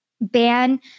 Ban